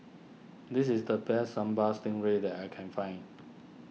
this is the best Sambal Stingray that I can find